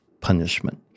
punishment